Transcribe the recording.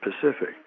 pacific